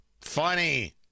Funny